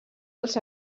dels